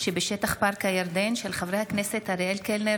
בהצעתם של חברי הכנסת אריאל קלנר,